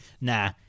Nah